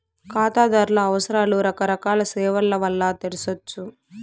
కాతాదార్ల అవసరాలు రకరకాల సేవల్ల వల్ల తెర్సొచ్చు